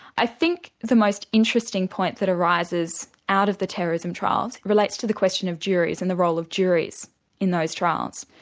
i think the most interesting point that arises out of the terrorism trials, relates to the question of juries and the role of juries in those trials.